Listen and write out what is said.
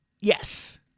Yes